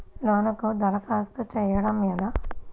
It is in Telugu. లోనుకి దరఖాస్తు చేయడము ఎలా?